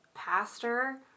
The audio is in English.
pastor